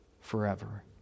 forever